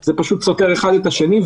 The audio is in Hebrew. זה פשוט סותר אחד את השני,